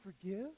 forgive